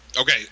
Okay